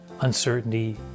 uncertainty